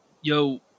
yo